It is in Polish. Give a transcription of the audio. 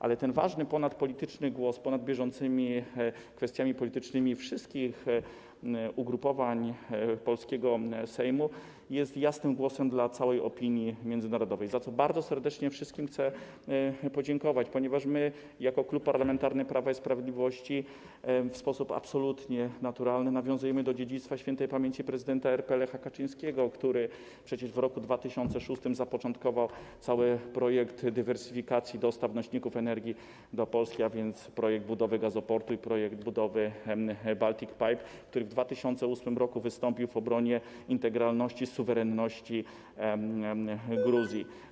Ale ten ważny, ponadpolityczny głos, głos ponad bieżącymi kwestiami politycznymi wszystkich ugrupowań polskiego Sejmu jest jasny dla całej opinii międzynarodowej, za co bardzo serdecznie wszystkim chcę podziękować, ponieważ my jako Klub Parlamentarny Prawa i Sprawiedliwości w sposób absolutnie naturalny nawiązujemy do dziedzictwa śp. prezydenta RP Lecha Kaczyńskiego, który przecież w roku 2006 zapoczątkował cały projekt dywersyfikacji dostaw nośników energii do Polski, czyli projekt budowy gazoportu i projekt budowy Baltic Pipe, i który w 2008 r. wystąpił w obronie integralności i suwerenności Gruzji.